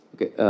Okay